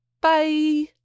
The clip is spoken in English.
Bye